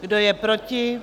Kdo je proti?